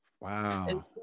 wow